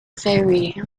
ferry